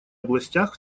областях